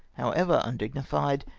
however undignified,